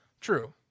true